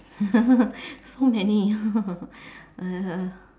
so many uh